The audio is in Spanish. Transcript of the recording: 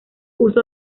uso